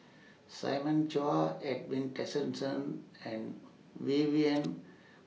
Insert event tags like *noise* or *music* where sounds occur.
Simon Chua Edwin Tessensohn and *noise* Vivien